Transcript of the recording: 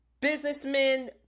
businessmen